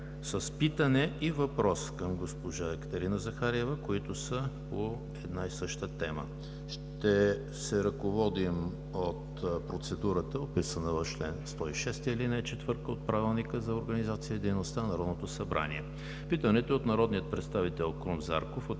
Питането е от народния представител Крум Зарков